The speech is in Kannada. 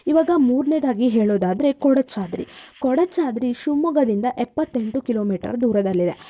ಈವಾಗ ಮೂರನೇದಾಗಿ ಹೇಳೋದಾದ್ರೆ ಕೊಡಚಾದ್ರಿ ಕೊಡಚಾದ್ರಿ ಶಿವಮೊಗ್ಗದಿಂದ ಎಪ್ಪತ್ತೆಂಟು ಕಿಲೋಮೀಟರ್ ದೂರದಲ್ಲಿದೆ